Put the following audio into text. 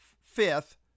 fifth